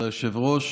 כבוד היושב-ראש,